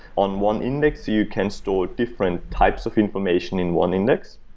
on one index, you can store different types of information in one index.